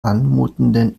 anmutenden